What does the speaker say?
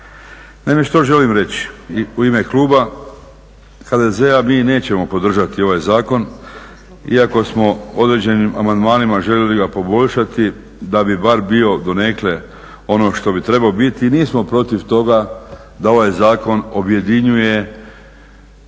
Naime što želim reći? U ime kluba HDZ-a mi nećemo podržati ovaj zakon, iako smo određenim amandmanima želili ga poboljšati, da bi bar bio donekle ono što bi trebao biti i nismo protiv toga da ovaj zakon objedinjuje